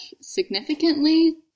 significantly